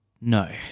No